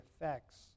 effects